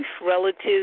relatives